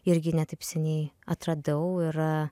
irgi ne taip seniai atradau ir